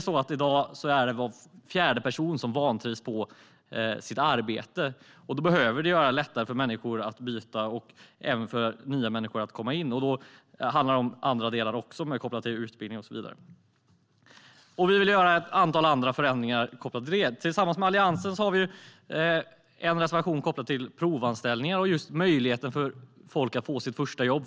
I dag vantrivs var fjärde person på sitt arbete. Vi behöver göra det lättare för människor att byta och även för nya människor att komma in. Det handlar också om andra delar mer kopplat till utbildning, och så vidare. Vi vill också göra ett antal andra förändringar. Tillsammans med Alliansen har vi en reservation om provanställningar och möjligheten för människor att få sitt första jobb.